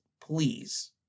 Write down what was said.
please